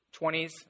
20s